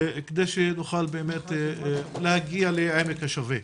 כדי שנוכל להגיע לעמק השווה.